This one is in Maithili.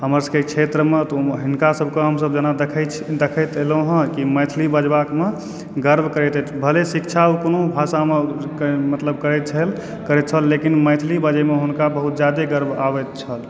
हमर सभके क्षेत्रमऽ तऽ ओ हिनका सभकेँ हमसभ जेना देखय छी देखैत एलहुँ हँ कि मैथिली बजबाक मऽ गर्व करैत अछि भले शिक्षा ओ कोनो भाषामे मतलब करैत छल करैत छल लेकिन मैथिली बाजयमे हुनका बहुत जादे गर्व आबैत छल